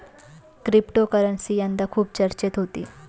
cryptocurrency यंदा खूप चर्चेत होती